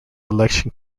election